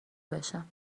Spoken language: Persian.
بشم